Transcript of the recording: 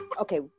okay